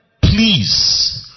please